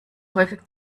häufig